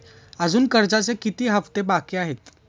अजुन कर्जाचे किती हप्ते बाकी आहेत?